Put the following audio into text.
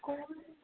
school